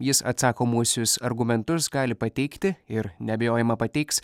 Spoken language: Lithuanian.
jis atsakomuosius argumentus gali pateikti ir neabejojama pateiks